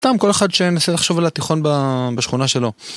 סתם כל אחד שניסה לחשוב על התיכון בשכונה שלו.